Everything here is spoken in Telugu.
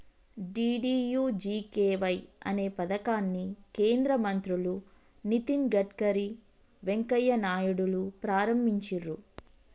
డీ.డీ.యూ.జీ.కే.వై అనే పథకాన్ని కేంద్ర మంత్రులు నితిన్ గడ్కరీ, వెంకయ్య నాయుడులు ప్రారంభించిర్రు